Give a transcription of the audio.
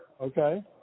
okay